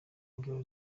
ingabo